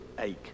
ache